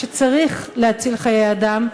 כשצריך להציל חיי אדם,